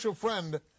friend